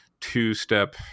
two-step